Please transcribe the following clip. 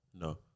No